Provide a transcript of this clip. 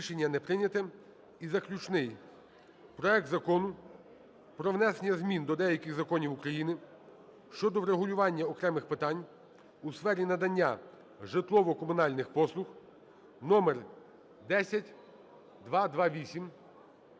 сесії для прийняття рішення проект Закону про внесення змін до деяких законів України щодо врегулювання окремих питань у сфері надання житлово-комунальних послуг (10228).